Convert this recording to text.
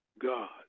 God